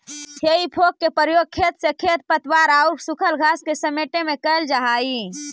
हेइ फोक के प्रयोग खेत से खेर पतवार औउर सूखल घास के समेटे में कईल जा हई